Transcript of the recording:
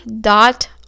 dot